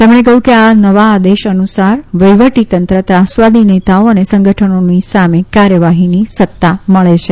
તેમણે કહ્યું કે આ નવા આદેશ અનુસાર વહીવટી તંત્ર ત્રાસવાદી નેતાઓ અને સંગઠનોની સામે કાર્યવાહીની સત્તા મળે છે